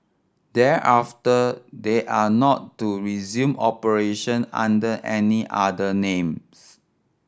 thereafter they are not to resume operation under any other names